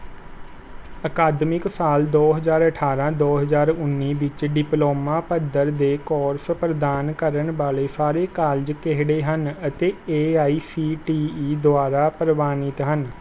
ਅਕਾਦਮਿਕ ਸਾਲ ਦੋ ਹਜ਼ਾਰ ਅਠਾਰਾਂ ਦੋ ਹਜ਼ਾਰ ਉੱਨੀ ਵਿੱਚ ਡਿਪਲੋਮਾ ਪੱਧਰ ਦੇ ਕੋਰਸ ਪ੍ਰਦਾਨ ਕਰਨ ਵਾਲੇ ਸਾਰੇ ਕਾਲਜ ਕਿਹੜੇ ਹਨ ਅਤੇ A I C T E ਦੁਆਰਾ ਪ੍ਰਵਾਨਿਤ ਹਨ